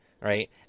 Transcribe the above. right